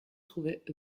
trouvaient